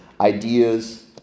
Ideas